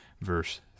verse